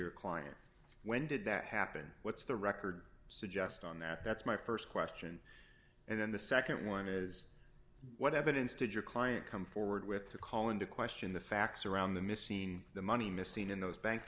your client when did that happen what's the record suggest on that that's my st question and then the nd one is what evidence did your client come forward with to call into question the facts around the machine the money missing in those bank